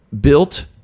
built